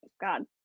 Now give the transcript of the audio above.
god